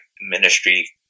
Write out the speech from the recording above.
ministry